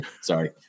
Sorry